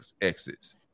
exits